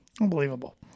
Unbelievable